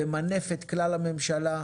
צריך למנף את כלל הממשלה.